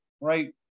right